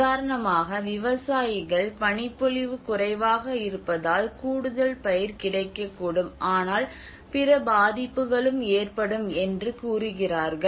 உதாரணமாக விவசாயிகள் பனிப்பொழிவு குறைவாக இருப்பதால் கூடுதல் பயிர் கிடைக்கக்கூடும் ஆனால் பிற பாதிப்புகளும் ஏற்படும் என்று கூறுகிறார்கள்